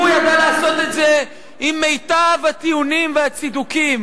והוא ידע לעשות את זה עם מיטב הטיעונים והצידוקים.